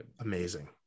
amazing